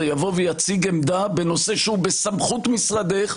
יבוא ויציג עמדה בנושא שהוא בסמכות משרדך,